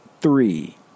three